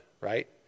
right